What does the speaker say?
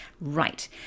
Right